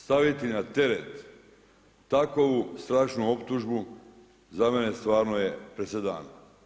Staviti na teret, takovu strašnu optužbu, za mene stvarno je presedan.